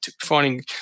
finding